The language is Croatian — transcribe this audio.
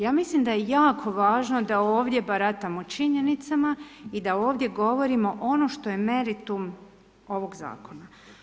Ja mislim da je jako važno da ovdje baratamo činjenicama i da ovdje govorimo što je meritum ovog zakona.